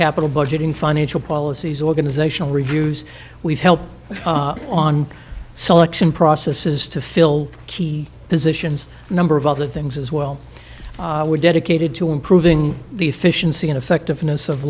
capital budgeting financial policies organizational reviews we help on selection processes to fill key positions a number of other things as well we're dedicated to improving the efficiency and effectiveness of